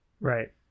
Right